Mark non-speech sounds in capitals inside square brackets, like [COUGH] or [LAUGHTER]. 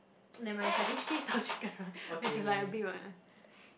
[NOISE] nevermind it's like h_k style chicken right which is like a big one